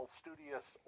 studious